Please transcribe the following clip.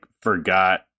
forgot